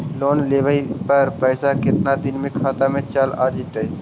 Loan लेब पर पैसा कितना दिन में खाता में चल आ जैताई?